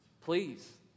please